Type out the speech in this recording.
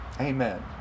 Amen